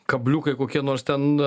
kabliukai kokie nors ten